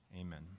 Amen